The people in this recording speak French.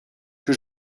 que